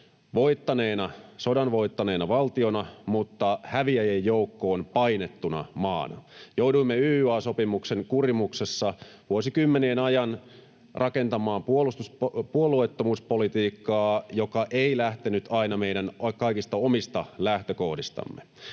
sodan voittaneena valtiona mutta häviäjien joukkoon painettuna maana. Jouduimme YYA-sopimuksen kurimuksessa vuosikymmenien ajan rakentamaan puolueettomuuspolitiikkaa, joka ei lähtenyt aina kaikista meidän omista lähtökohdistamme.